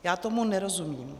Já tomu nerozumím.